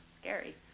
scary